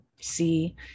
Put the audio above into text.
see